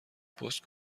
پست